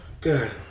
Good